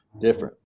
different